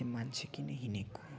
यो मान्छे किन हिँडेको